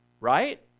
right